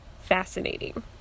fascinating